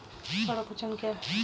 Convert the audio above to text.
पर्ण कुंचन क्या है?